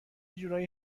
جورایی